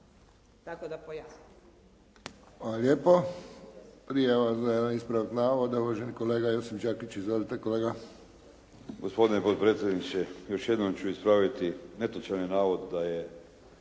Tako da pojasnim.